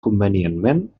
convenientment